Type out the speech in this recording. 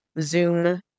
Zoom